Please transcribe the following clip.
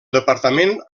departament